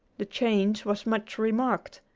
the change was much remarked,